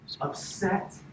upset